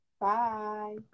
Bye